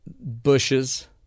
bushes